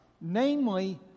namely